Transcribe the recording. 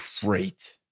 great